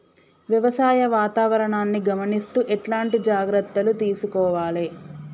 వ్యవసాయ వాతావరణాన్ని గమనిస్తూ ఎట్లాంటి జాగ్రత్తలు తీసుకోవాలే?